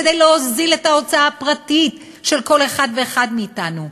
כדי להוזיל את ההוצאה הפרטית של כל אחד ואחד מאתנו,